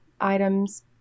items